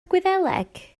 gwyddeleg